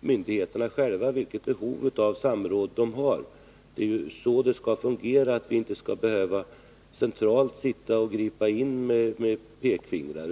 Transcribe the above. myndigheterna själva bäst avgör vilket behov av samråd de har. Det är så det skall fungera — att vi inte skall behöva gripa in centralt med pekpinnar.